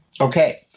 Okay